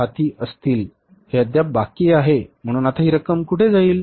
हे अद्याप बाकी आहे म्हणून आता ही रक्कम कुठे जाईल